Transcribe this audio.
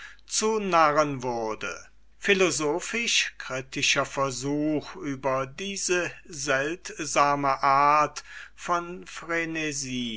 zu narren wurde philosophischkritischer versuch über diese seltsame art von